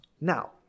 Now